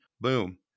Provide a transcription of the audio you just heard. boom